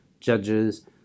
judges